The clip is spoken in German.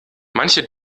manche